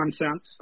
nonsense